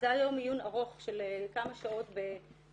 זה היה יום עיון ארוך של כמה שעות בסינמטק,